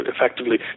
effectively